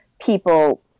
people